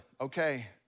okay